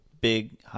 big